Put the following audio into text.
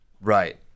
Right